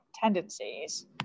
tendencies